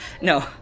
no